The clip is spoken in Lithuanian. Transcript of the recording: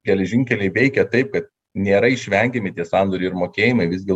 geležinkeliai veikia taip kad nėra išvengiami tie sandoriai ir mokėjimai visgi